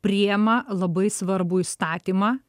priima labai svarbų įstatymą